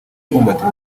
kubumbatira